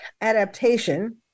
adaptation